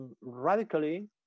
Radically